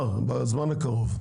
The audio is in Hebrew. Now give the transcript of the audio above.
הוא אמר שהוא יעשה את זה בזמן הקרוב.